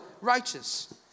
righteous